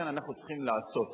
לכן אנחנו צריכים לעשות.